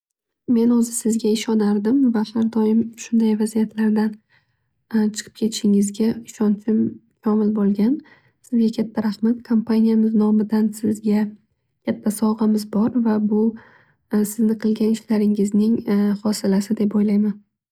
Men o'zi sizga ishonardim va har doim shunday vaziyatlardan chiqib ketishingizga ishonchim komil bo'lgan. Sizga katta rahmat kompaniyamiz nomidan sizga katta sovg'amiz bor va busizni qilgan ishlaringizning hosilasi deb o'ylayman.